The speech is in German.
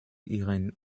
ihren